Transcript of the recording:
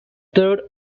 third